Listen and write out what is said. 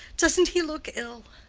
doesn't he look ill?